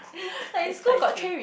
yeah that's quite true